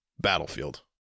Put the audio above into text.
Battlefield